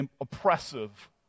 oppressive